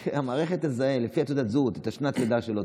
המערכת תזהה לפי תעודת הזהות את שנת הלידה שלו,